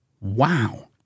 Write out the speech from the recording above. Wow